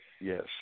Yes